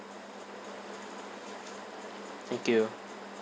thank you